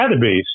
database